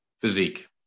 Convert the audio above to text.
physique